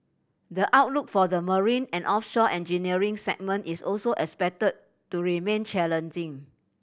the outlook for the marine and offshore engineering segment is also expected to remain challenging